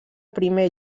primer